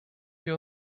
wir